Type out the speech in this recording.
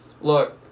look